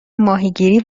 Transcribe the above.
ماهیگیری